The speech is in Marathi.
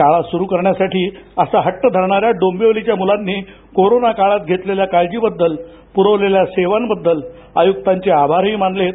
शाळा सुरू करण्यासाठी असा हट्ट धरणाऱ्या डोंबिवलीच्या मुलांनी कोरोना काळात घेतलेल्या काळजी बद्दल पुरवलेल्या सेवांबद्दल आयुक्तांचे आभारही मानलेत